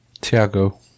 Tiago